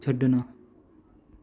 ਛੱਡਣਾ